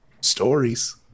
stories